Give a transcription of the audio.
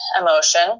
emotion